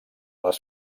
les